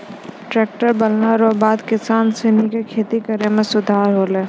tractor बनला रो बाद किसान सनी के खेती करै मे सुधार होलै